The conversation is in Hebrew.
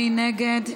מי נגד?